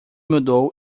mudou